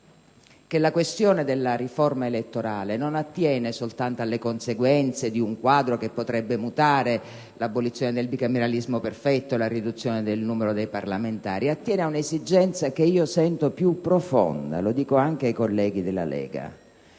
che la questione della riforma elettorale non attiene soltanto alle conseguenze di un quadro che potrebbe mutare - l'abolizione del bicameralismo perfetto, la riduzione del numero dei parlamentari - ma attiene a un'esigenza che io sento più profonda, e lo dico anche ai colleghi della Lega